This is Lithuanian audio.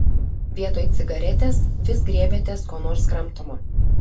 vietoj cigaretės vis griebiatės ko nors kramtomo